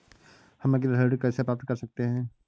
हम गृह ऋण कैसे प्राप्त कर सकते हैं?